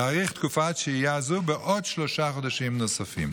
להאריך תקופת שהייה זו בשלושה חודשים נוספים.